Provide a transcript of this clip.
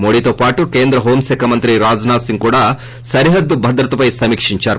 మోదీతో పాటు కేంద్ర హోంమంత్రి రాజ్నాథ్ సింగ్ కూడా సరిహద్దు భద్రతపై సమీకించారు